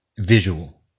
Visual